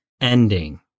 ending